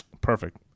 perfect